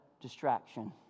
distraction